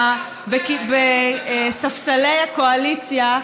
בספסלי הקואליציה,